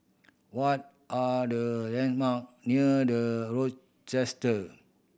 what are the landmark near The Rochester